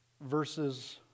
verses